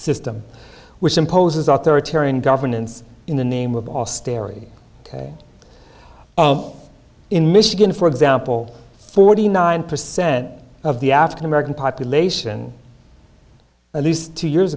system which imposes out there a tear in governance in the name of austerity in michigan for example forty nine percent of the african american population at least two years